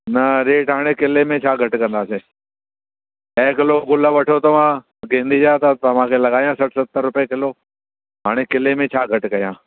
न रेट हाणे किले में छा घटि कंदासीं ॾह किलो ग़ुल वठो तव्हां गेंदे जा त तव्हांखे लगाया सठि सतरि रुपए किलो हाणे किले में छा घटि कया